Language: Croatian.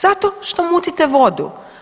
Zato što mutite vodu.